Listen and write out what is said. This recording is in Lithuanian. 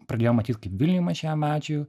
pradėjom matyt vilniuj mažėja medžių